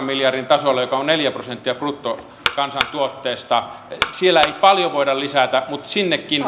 miljardin tasolla joka on neljä prosenttia bruttokansantuotteesta siellä ei paljoa voida lisätä mutta sinnekin